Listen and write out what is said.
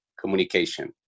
communication